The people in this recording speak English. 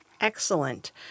Excellent